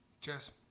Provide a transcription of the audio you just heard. Cheers